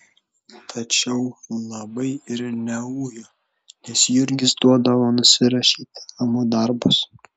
tačiau labai ir neujo nes jurgis duodavo nusirašyti namų darbus